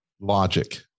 logic